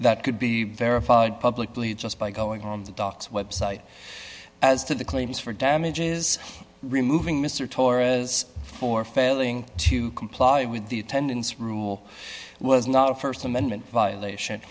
that could be verified publicly just by going on the docks website as to the claims for damages removing mr torres for failing to comply with the attendance rule was not a st amendment violation